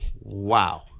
Wow